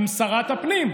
עם שרת הפנים,